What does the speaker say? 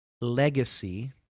legacy